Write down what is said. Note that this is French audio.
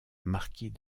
marquis